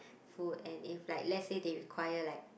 food and if like let's say they required like